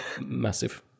Massive